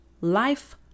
Life